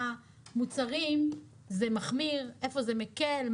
האמירה הכללית,